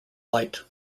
light